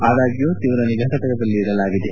ಆದಾಗ್ಲೂ ತೀವ್ರ ನಿಗಾ ಫಟಕದಲ್ಲಿ ಇಡಲಾಗಿದೆ